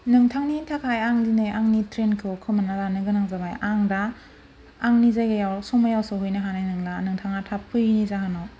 नोंथांनि थाखाय आं दिनै आंनि ट्रेनखौ खोमाना लानो गोनां जाबाय आं दा आंनि जायगायाव समायाव सहैनो हानाय नोंला नोंथाङा थाब फैयिनि जाहोनाव